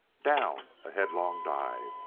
down! a headlong dive!